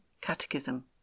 catechism